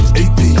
ap